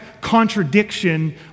contradiction